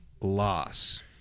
loss